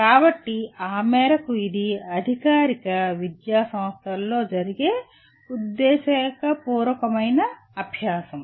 కాబట్టి ఆ మేరకు ఇది అధికారిక విద్యా సంస్థలలో జరిగే ఉద్దేశపూర్వక అభ్యాసం